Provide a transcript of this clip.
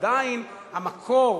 עדיין המקור